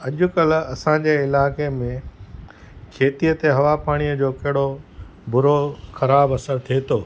अॼुकल्ह असांजे इलाइक़े में खेतीअ ते हवा पाणीअ जो कहिड़ो बुरो ख़राबु असरु थिए थो